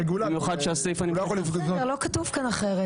במיוחד כשסיפה --- לא כתוב כאן אחרת.